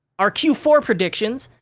our q four predictions,